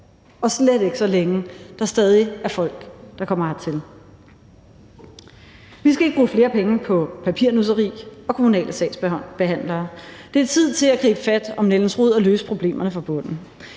og slet ikke, så længe der stadig er folk, der kommer hertil. Vi skal ikke bruge flere penge på papirnusseri og kommunale sagsbehandlere. Det er tid til at gribe fat om nældens rod og løse problemerne fra bunden.